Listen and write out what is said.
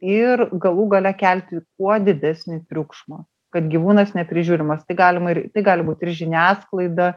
ir galų gale kelti kuo didesnį triukšmą kad gyvūnas neprižiūrimas tai galima ir tai gali būt ir žiniasklaida